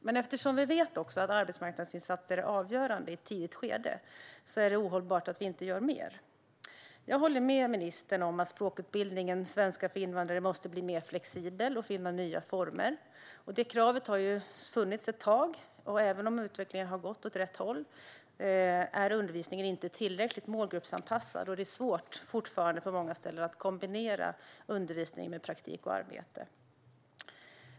Men eftersom vi vet att arbetsmarknadsinsatser i ett tidigt skede är avgörande är det ohållbart att vi inte gör mer. Jag håller med ministern om att språkutbildningen utbildning i svenska för invandrare måste bli mer flexibel och finna nya former. Det kravet har funnits ett tag. Även om utvecklingen har gått åt rätt håll är undervisningen inte tillräckligt målgruppsanpassad. Det är på många ställen fortfarande svårt att kombinera undervisning med praktik och arbete.